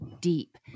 deep